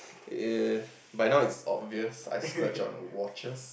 eh by now it's obvious I splurge on watches